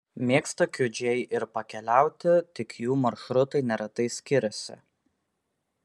mėgsta kiudžiai ir pakeliauti tik jų maršrutai neretai skiriasi